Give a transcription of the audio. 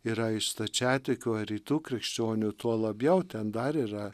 yra iš stačiatikių ar rytų krikščionių tuo labiau ten dar yra